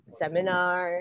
seminar